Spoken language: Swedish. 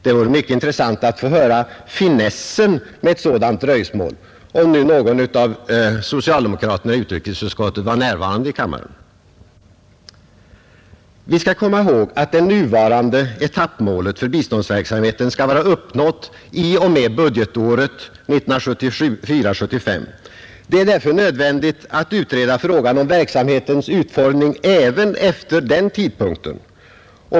Det vore mycket intressant att få höra finessen med ett sådant dröjsmål, om nu någon av socialdemokraterna i utrikesutskottet vore närvarande i kammaren. Vi skall komma ihåg, att det nuvarande etappmålet för biståndsverksamheten skall vara uppnått i och med budgetåret 1974/75. Det är därför nödvändigt att utreda frågan om verksamhetens omfattning även efter den tidpunkten.